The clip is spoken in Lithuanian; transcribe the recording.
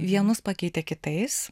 vienus pakeitė kitais